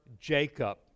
Jacob